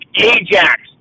Ajax